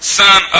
son